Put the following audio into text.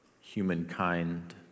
humankind